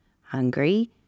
hungry